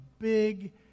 big